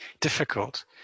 difficult